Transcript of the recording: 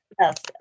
Yes